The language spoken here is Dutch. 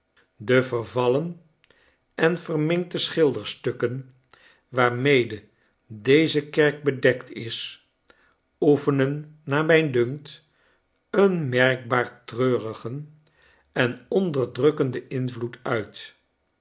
de vervallen en verminkte schilderstukken waarmede deze kerk bedekt is oefenen naar raij dunkt een merkbaar treurigen en onderdrukkenden invloed uit